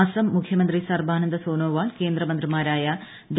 അസം മുഖ്യമന്ത്രി സർബാനന്ദ സോനോവാൾ കേന്ദ്രമന്ത്രിമാരായ ഡോ